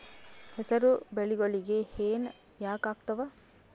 ಹೆಸರು ಬೆಳಿಗೋಳಿಗಿ ಹೆನ ಯಾಕ ಆಗ್ತಾವ?